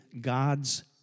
God's